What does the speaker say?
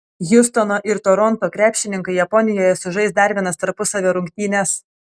hjustono ir toronto krepšininkai japonijoje sužais dar vienas tarpusavio rungtynes